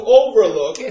overlook